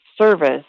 service